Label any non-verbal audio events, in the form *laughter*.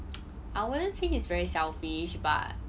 *noise* I wouldn't say he's very selfish but